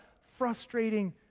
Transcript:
frustrating